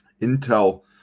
intel